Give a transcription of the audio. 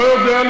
אתה לא יודע,